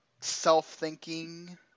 self-thinking